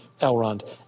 Elrond